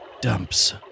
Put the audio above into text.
Dumps